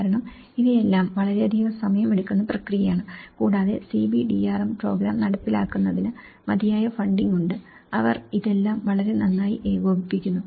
കാരണം ഇവയെല്ലാം വളരെയധികം സമയമെടുക്കുന്ന പ്രക്രിയയാണ് കൂടാതെ CBDRM പ്രോഗ്രാം നടപ്പിലാക്കുന്നതിന് മതിയായ ഫണ്ടിംഗ് ഉണ്ട് അവർ ഇതെല്ലം വളരെ നന്നായി ഏകോപിപ്പിക്കുന്നു